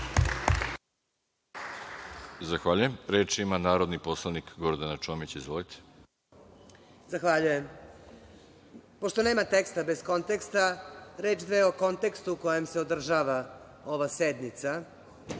Zahvaljujem. Reč ima narodni poslanik Gordana Čomić. Izvolite. **Gordana Čomić** Zahvaljujem. Pošto nema teksta bez konteksta, reč dve o kontekstu u kojem se održava ova sednica,